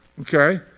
Okay